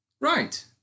Right